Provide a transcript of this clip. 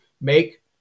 make